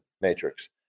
matrix